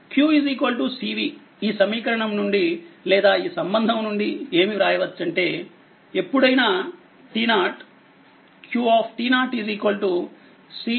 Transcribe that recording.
q cv ఈ సమీకరణం నుండిలేదా ఈ సంబంధం నుంచిఏమి వ్రాయవచ్చంటే ఎప్పుడైనా t0 q c v